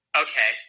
okay